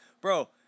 bro